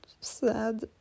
sad